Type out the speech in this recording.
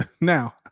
now